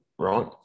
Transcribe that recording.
right